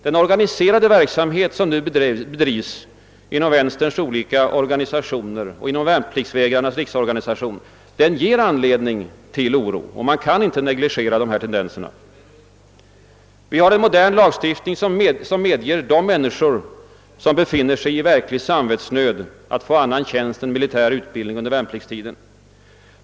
Den organiserade verksamhet som nu bedrivs inom vänsterns olika organisationer och inom värnpliktsvägrarnas riksorganisation ger anledning till oro, och man kan inte negligera tendenserna. Vi har en modern lagstiftning som medger de människor som befinner sig i verklig samvetsnöd att få annan tjänst än militär utbildning under värnpliktstiden.